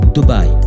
Dubai